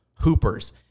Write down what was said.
Hoopers